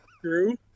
true